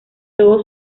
todo